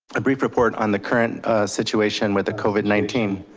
ah brief report on the current situation with the covid nineteen.